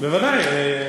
בוודאי,